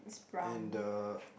and the